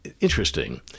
interesting